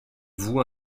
vous